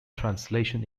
translation